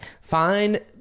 find